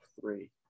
Three